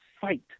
fight